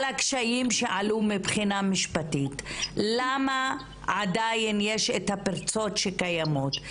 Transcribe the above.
על הקשיים שעלו מבחינה משפטית למה עדיין יש את הפרצות שקיימות,